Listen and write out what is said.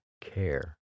care